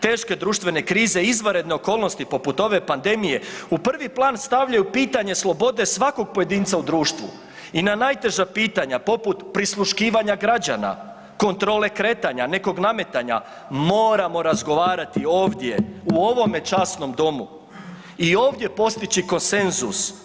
Teške društvene krize, izvanredne okolnosti poput ove pandemije u prvi plan stavljaju pitanje slobode svakog pojedinca u društvu i na najteža pitanja poput prisluškivanja građana, kontrole kretanja, nekog nametanja, moramo razgovarati ovdje u ovome časnom domu i ovdje postići konsenzus.